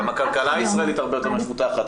גם הכלכלה הישראלית הרבה יותר מפותחת.